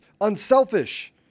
unselfish